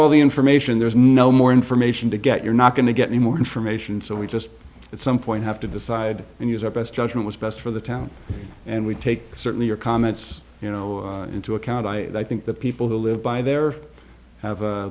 all the information there's no more information to get you're not going to get any more information so we just at some point have to decide and use our best judgment was best for the town and we take certainly your comments you know into account i think that people who live by there have